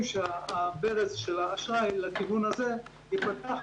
שהברז של האשראי לכיוון הזה ייפתח,